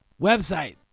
Website